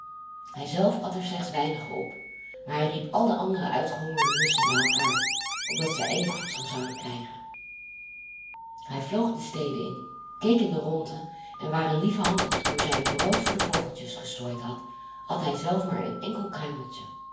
hij zelf at er slechts weinige op maar hij riep al de andere uitgehongerde musschen bij elkaar opdat zij eenig voedsel zouden krijgen hij vloog de steden in keek in de rondte en waar een lieve hand op het kozijn brood voor de vogeltjes gestrooid had at hij zelf maar een enkel